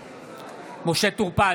נגד משה טור פז,